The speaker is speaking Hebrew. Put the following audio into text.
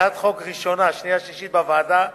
הצעת חוק ראשונה, שנייה ושלישית בוועדת